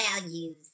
values